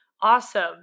Awesome